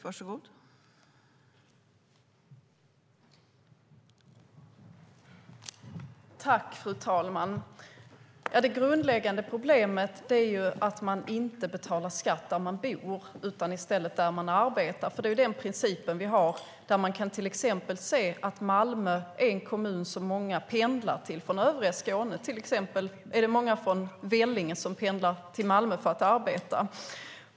Fru talman! Det grundläggande problemet är att människor inte betalar skatt där de bor utan i stället där de arbetar. Det är den princip vi har. Man kan till exempel se att Malmö är en kommun som många pendlar till från övriga Skåne. Det är till exempel många från Vellinge som pendlar till Malmö för att arbeta.